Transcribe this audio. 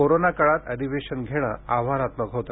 corona काळात अधिवेशन घेणे आव्हानात्मक होते